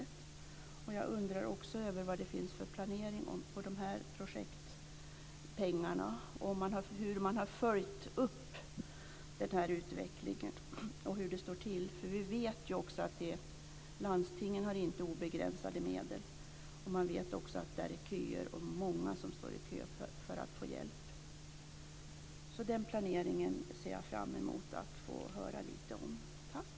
Jag undrar vad det finns för planering när det gäller dessa projektpengar och hur man har följt upp utvecklingen, för vi vet ju att landstingen inte har obegränsade medel. Vi vet också att det är många som står i kö för att få hjälp. Jag ser alltså fram emot att få höra lite om dessa planeringar.